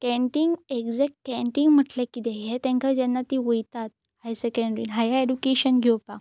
canteen exact canteen म्हटल्यार कितेें हें तेंकां जेन्ना ती वयतात हायसॅकँड्रीन हायर ऍडुकेशन घेवपाक